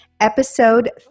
episode